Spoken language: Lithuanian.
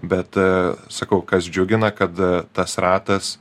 bet sakau kas džiugina kad tas ratas